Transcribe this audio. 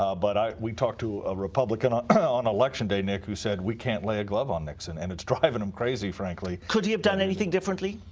ah but we talked to a republican on ah on election day who said we can't lay a glove on nixon, and it's driving him crazy. could he have done anything differently,